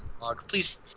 please